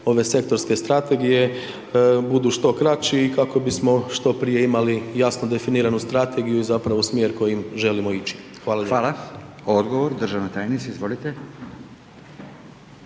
ove sektorske strategije budu što kraći i kako bismo što prije imali jasno definiranu strategiju i zapravo smjer kojim želimo ići. Hvala lijepo. **Radin, Furio